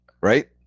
right